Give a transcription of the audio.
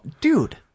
dude